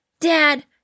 Dad